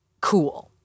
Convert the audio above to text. cool